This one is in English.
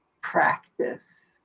practice